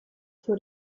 suo